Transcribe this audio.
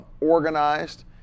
organized